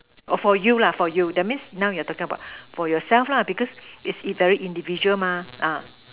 oh for you lah for you that means now you are talking about for yourself lah because is very individual mah ah